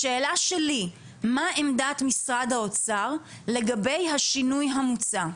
השאלה שלי מה עמדת משרד האוצר לגבי השינוי המוצע.